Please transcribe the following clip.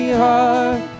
heart